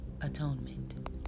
atonement